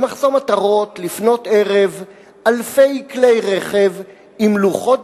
במחסום עטרות לפנות ערב עשרות כלי רכב עם לוחות